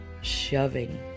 shoving